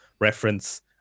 reference